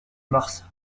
mars